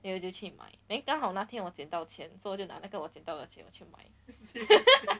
then 我就去买 then 刚好那天我捡到钱 so 就拿那个我捡到的钱去买